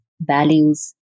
values